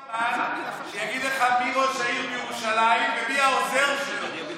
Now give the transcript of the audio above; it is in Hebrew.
תבקש מאיווט ליברמן שיגיד לך מי ראש העיר בירושלים ומי העוזר שלו.